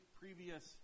previous